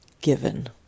given